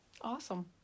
awesome